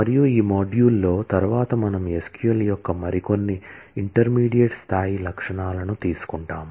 మరియు ఈ మాడ్యూల్లో తరువాత మనం SQL యొక్క మరికొన్ని ఇంటర్మీడియట్ స్థాయి లక్షణాలను తీసుకుంటాము